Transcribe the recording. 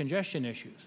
congestion issues